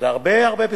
והרבה-הרבה בזכותו,